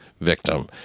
victim